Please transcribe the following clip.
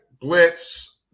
blitz